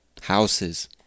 Houses